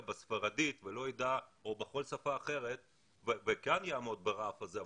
בספרדית או בכל שפה אחרת וכן יעמוד ברף הזה,